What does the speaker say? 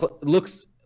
looks